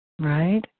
right